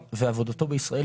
פרק י'